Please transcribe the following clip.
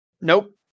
Nope